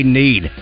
need